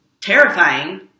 terrifying